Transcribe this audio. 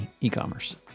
e-commerce